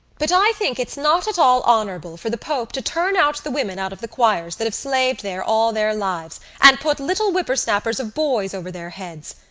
but i think it's not at all honourable for the pope to turn out the women out of the choirs that have slaved there all their lives and put little whipper-snappers of boys over their heads.